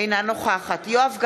אינה נוכחת יואב גלנט,